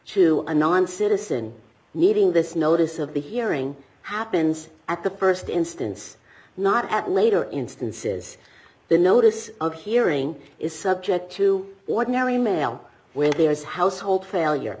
a non citizen needing this notice of the hearing happens at the st instance not at later instances the notice of hearing is subject to ordinary mail when there is household failure